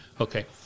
Okay